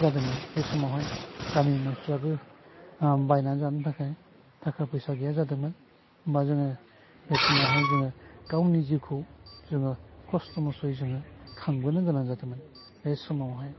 जादोंमोन बे समावहाय गामिनि मानसिफ्राबो बायनानै जानो थाखाय थाखा फैसा गैया जादोंमोन होमब्ला जोङो बे समावहाय जोङो गावनि जिउखौ जोङो खस्थ' मस्थयै जोङो जोङो खांबोनो गोनां जादोंमोन बे समावहाय